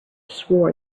swore